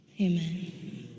amen